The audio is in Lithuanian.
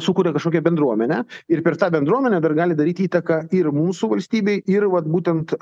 sukuria kažkokią bendruomenę ir per tą bendruomenę dar gali daryt įtaką ir mūsų valstybei ir vat būtent